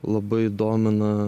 labai domina